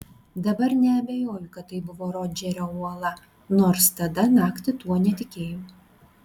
dabar neabejoju kad tai buvo rodžerio uola nors tada naktį tuo netikėjau